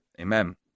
amen